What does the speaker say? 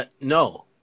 no